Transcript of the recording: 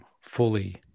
fully